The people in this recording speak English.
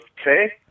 okay